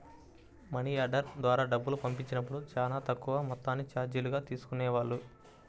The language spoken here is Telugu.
మనియార్డర్ ద్వారా డబ్బులు పంపించినప్పుడు చానా తక్కువ మొత్తాన్ని చార్జీలుగా తీసుకునేవాళ్ళు